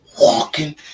walking